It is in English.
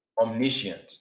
omniscient